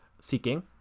seeking